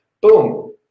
Boom